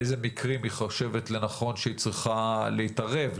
באיזה מקרים היא חושבת לנכון שהיא צריכה להתערב,